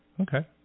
Okay